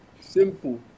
simple